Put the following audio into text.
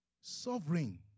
sovereign